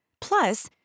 Plus